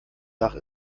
dach